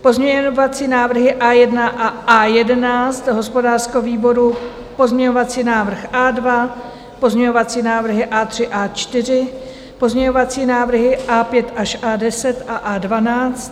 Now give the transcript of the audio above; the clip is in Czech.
Pozměňovací návrhy A1 a A11 hospodářského výboru, pozměňovací návrh A2, pozměňovací návrhy A3, A4, pozměňovací návrhy A5 až A10 a A12.